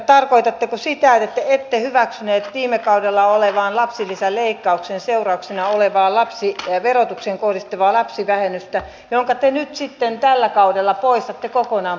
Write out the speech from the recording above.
tarkoitatteko sitä että ette hyväksyneet viime kaudella olleen lapsilisäleikkauksen seurauksena olevaa verotukseen kohdistuvaa lapsivähennystä jonka te nyt sitten tällä kaudella poistatte kokonaan